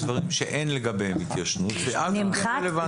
יש דברים שאין לגביהם התיישנות ואז זה כן רלוונטי.